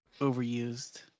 overused